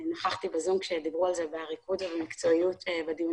נכחתי ב-זום עת דיברנו על זה באריכות ובמקצועיות בדיונים